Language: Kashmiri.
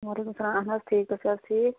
وعلیکُم سَلام اَہَن حظ ٹھیٖک تُہۍ چھِو حظ ٹھیٖک